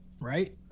right